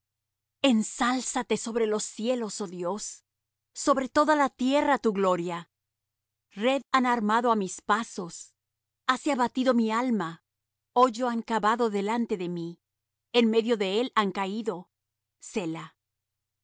cuchillo agudo ensálzate sobre los cielos oh dios sobre toda la tierra tu gloria red han armado á mis pasos hase abatido mi alma hoyo han cavado delante de mí en medio de él han caído